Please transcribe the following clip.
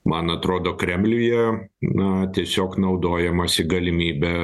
man atrodo kremliuje na tiesiog naudojamasi galimybe